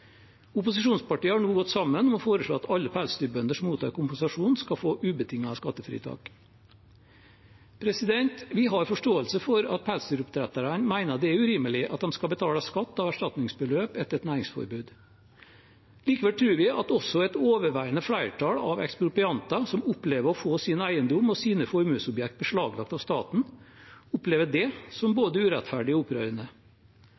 har nå gått sammen om å foreslå at alle pelsdyrbønder som mottar kompensasjon, skal få ubetinget skattefritak. Vi har forståelse for at pelsdyroppdretterne mener det er urimelig at de skal betale skatt av erstatningsbeløp etter et næringsforbud. Likevel tror vi at også et overveiende flertall av eksproprianter som opplever å få sin eiendom og sine formuesobjekt beslaglagt av staten, opplever det som